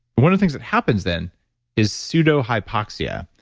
one of the things that happens then is pseudohypoxia.